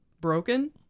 Broken